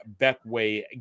Betway